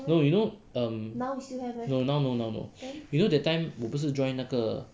no you know um now no now no you know that time 我不是 join 那个